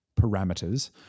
parameters